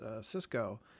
Cisco